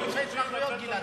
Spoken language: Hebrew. גלעד,